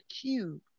Cube